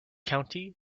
county